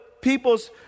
people's